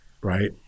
right